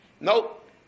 Nope